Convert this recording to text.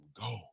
go